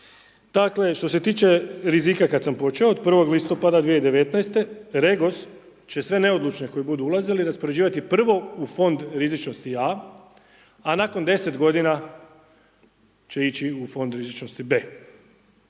Što se tiče rizika, kada sam počeo od 1. listopada 2019. REGOS će sve neodlučne koji budu ulazili raspoređivati prvo u fond rizičnosti A a nakon 10 g. će ići u fond rizičnosti B,